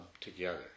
together